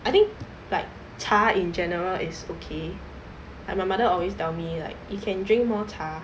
I think like 茶 in general is okay like my mother always tell me like you can drink more 茶